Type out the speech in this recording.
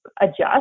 adjust